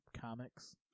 comics